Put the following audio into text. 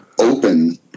open